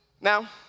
Now